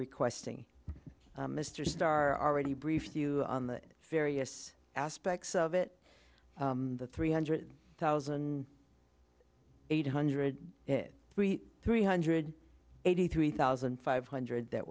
we questing mr starr are ready to brief you on the various aspects of it the three hundred thousand eight hundred three three hundred eighty three thousand five hundred that